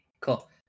Cool